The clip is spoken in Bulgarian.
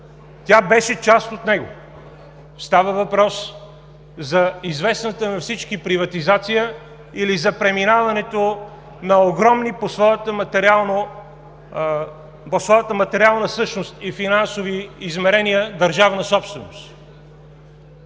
Тя беше част от него. Става въпрос за известната на всички приватизация или за преминаването на огромни по своята материална същност и финансови измерения държавна собственост.